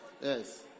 Yes